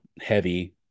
heavy